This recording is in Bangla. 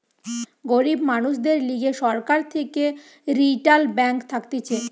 গরিব মানুষদের লিগে সরকার থেকে রিইটাল ব্যাঙ্ক থাকতিছে